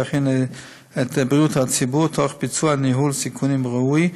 את בריאות הציבור תוך ביצוע ניהול סיכונים ראוי,